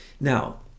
Now